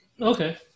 Okay